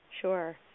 Sure